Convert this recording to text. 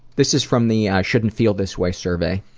this is from the i shouldn't feel this way survey,